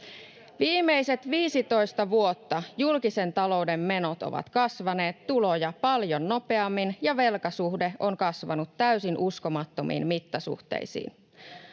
Viimeiset 15 vuotta julkisen talouden menot ovat kasvaneet tuloja paljon nopeammin, ja velkasuhde on kasvanut täysin uskomattomiin mittasuhteisiin.